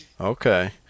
Okay